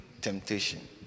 temptation